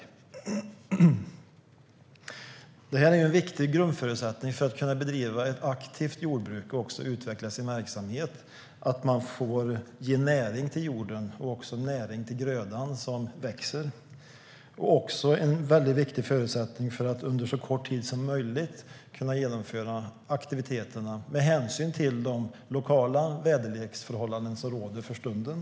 Att man får ge näring till jorden och till grödan som växer är en grundförutsättning för att kunna bedriva ett aktivt jordbruk och utveckla sin verksamhet. Det är också en viktig förutsättning för att under så kort tid som möjligt kunna genomföra aktiviteterna med hänsyn till de lokala väderleksförhållanden som råder för stunden.